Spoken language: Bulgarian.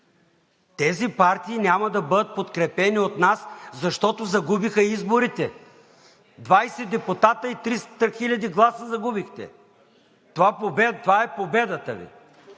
Тези партии няма да бъдат подкрепени от нас, защото загубиха изборите – 20 депутата и 300 хиляди гласа загубихте. Това е победата Ви.